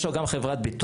יש לו גם חברת ביטוח,